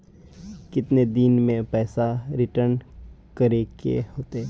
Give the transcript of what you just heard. कितने दिन में पैसा रिटर्न करे के होते?